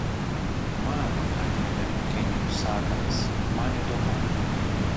man atremia eugenijus sakalas man įdomu